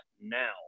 now